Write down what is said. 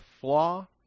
flaw